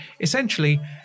Essentially